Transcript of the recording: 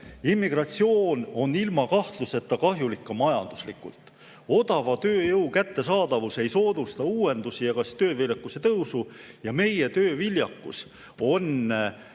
Immigratsioon on ilma kahtluseta kahjulik ka majanduslikult. Odava tööjõu kättesaadavus ei soodusta uuendusi ega tööviljakuse tõusu, aga meie tööviljakus on